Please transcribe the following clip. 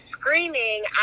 screaming